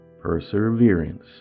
Perseverance